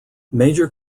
major